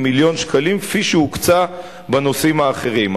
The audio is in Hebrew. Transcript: מיליון שקלים כפי שהוקצה בנושאים האחרים.